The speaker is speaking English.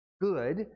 good